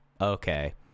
okay